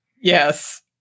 Yes